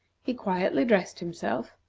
he quietly dressed himself,